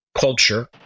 culture